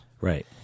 Right